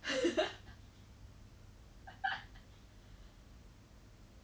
without any like working experience there even though like she was there longer than you